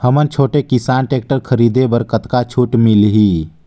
हमन छोटे किसान टेक्टर खरीदे बर कतका छूट मिलही?